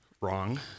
Wrong